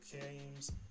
Games